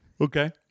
Okay